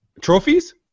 Trophies